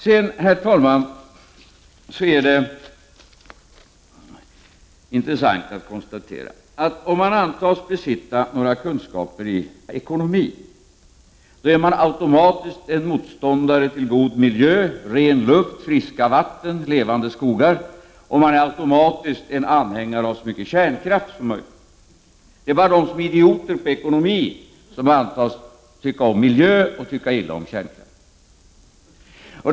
Det är vidare, herr talman, intressant att konstatera att om man antas besitta några kunskaper i ekonomi, förutsätts man också automatiskt vara motståndare till god miljö, ren luft, friska vatten och levande skogar samt automatiskt också vara anhängare av så mycket kärnkraft som möjligt. Det är bara idioter på ekonomi som antas tycka om miljö och tycka illa om kärnkraften.